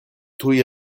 tuj